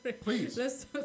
Please